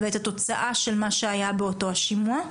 ואת התוצאה של מה שהיה באותו השימוע.